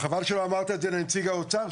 אבל חבל שלא אמרת את זה לנציג האוצר,